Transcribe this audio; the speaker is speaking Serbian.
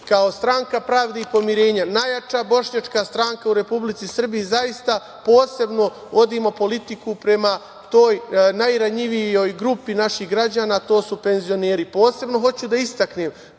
kao Stranka pravde i pomirenja, najjača bošnjačka stranka u Republici Srbiji, zaista posebno vodimo politiku prema toj najranjivijoj grupi naših građana, to su penzioneri. Posebno hoću da istaknem